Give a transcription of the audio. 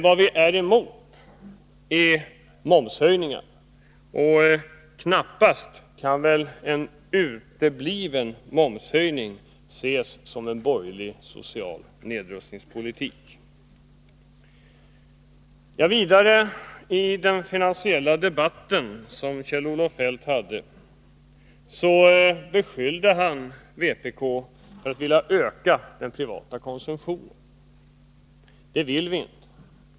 Vad vi är emot är momshöjningar. Knappast kan väl en utebliven momshöjning ses som en borgerlig social nedrustningspolitik. I den finansiella debatten som Kjell-Olof Feldt förde beskyllde han vidare vänsterpartiet kommunisterna för att vilja öka den privata konsumtionen. Det vill vi inte.